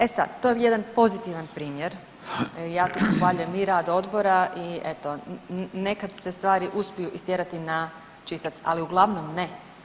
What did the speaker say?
E sad, to je jedan pozitivan primjer, ja tu pohvaljujem i rad odbora i eto nekad se stvari uspiju istjerati na čistac, ali uglavnom ne.